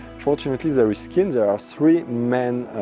fortunately, there is skin. there are three main